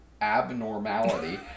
abnormality